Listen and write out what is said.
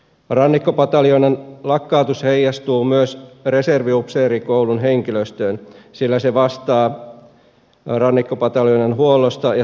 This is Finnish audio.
rannikkopataljoonan lakkautus heijastuu myös reserviupseerikoulun henkilöstöön sillä se vastaa rannikkopataljoonan huollosta ja turvallisuudesta